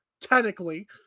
technically